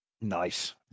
Nice